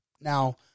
Now